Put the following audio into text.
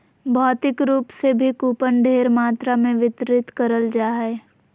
भौतिक रूप से भी कूपन ढेर मात्रा मे वितरित करल जा हय